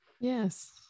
Yes